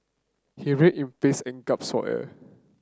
he writhed in pains and for air